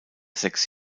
sechs